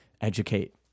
educate